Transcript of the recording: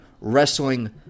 wrestling